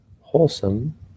wholesome